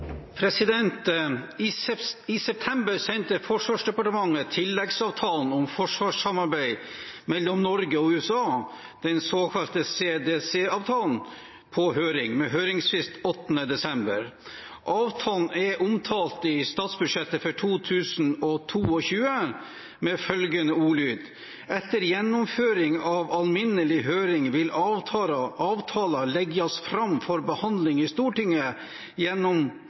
september sendte Forsvarsdepartementet Tilleggsavtalen om forsvarssamarbeid mellom Norge og USA på høring, med høringsfrist 8. desember. Avtalen er omtalt i Prop. 1 S «Etter gjennomføring av alminnelig høring vil avtala leggjast fram for behandling i Stortinget gjennom